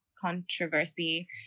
controversy